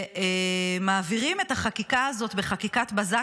שמעבירים את החקיקה הזאת בחקיקת בזק.